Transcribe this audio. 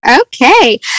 Okay